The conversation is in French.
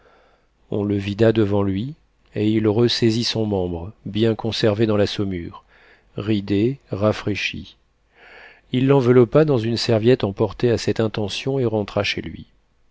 on le vida devant lui et il ressaisit son membre bien conservé dans la saumure ridé rafraîchi il l'enveloppa dans une serviette emportée à cette intention et rentra chez lui